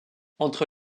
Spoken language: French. entre